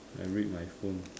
I read my phone